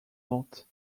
vente